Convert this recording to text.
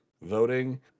voting